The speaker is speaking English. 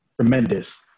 tremendous